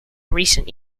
recent